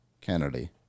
kennedy